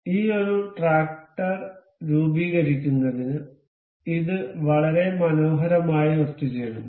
ഈ ഒരു ട്രാക്ടർ രൂപീകരിക്കുന്നതിന് ഇത് വളരെ മനോഹരമായി ഒത്തുചേരുന്നു